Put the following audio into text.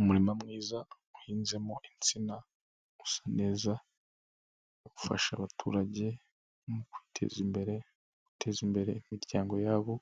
Umurimo mwiza uhinzemo insina, usa neza, ufasha abaturage mu kwiteza imbere, guteza imbere imiryango yabo